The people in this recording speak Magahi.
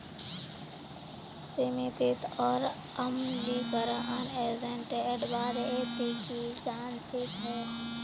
सीमित और अम्लीकरण एजेंटेर बारे ती की जानछीस हैय